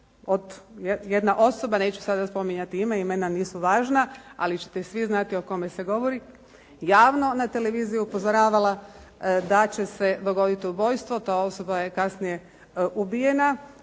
jedna osoba, neću sada spominjati ime, imena nisu važna, ali ćete svi znati o kome se govori javno na televiziji upozoravala da će se dogoditi ubojstvo. Ta osoba je kasnije ubijena.